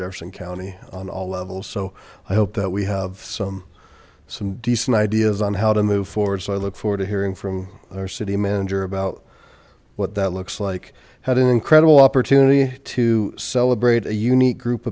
jefferson county on all levels so i hope that we have some some decent ideas on how to move forward so i look forward to hearing from our city manager about what that looks like had an incredible opportunity to celebrate a unique group